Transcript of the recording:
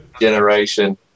generation